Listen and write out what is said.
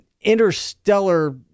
interstellar